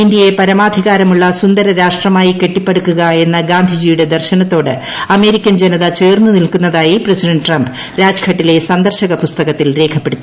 ഇന്ത്യയെ പരമാധികാരമുള്ള സുന്ദര രാഷ്ട്രമായി കെട്ടിപ്പടുക്കുക എന്ന ഗാന്ധിജിയുടെ ദർശനത്തോട് അമേരിക്കൻ ജനത് ചേർന്ന് നിൽക്കുന്നതായി പ്രസിഡന്റ് ട്രംപ്പ് രൂജ്ഘട്ടിലെ സന്ദർശക പുസ്തകത്തിൽ രേഖപ്പെടുത്തി